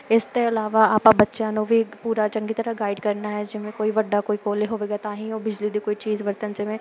ਇਸ ਤੋਂ ਇਲਾਵਾ ਆਪਾਂ ਬੱਚਿਆਂ ਨੂੰ ਵੀ ਪੂਰਾ ਚੰਗੀ ਤਰ੍ਹਾਂ ਗਾਈਡ ਕਰਨਾ ਹੈ ਜਿਵੇਂ ਕੋਈ ਵੱਡਾ ਕੋਈ ਕੋਲ ਹੋਵੇਗਾ ਤਾਂ ਹੀ ਉਹ ਬਿਜਲੀ ਦੀ ਕੋਈ ਚੀਜ਼ ਵਰਤਣ ਜਿਵੇਂ